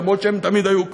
אף-על-פי שהן תמיד היו כאן.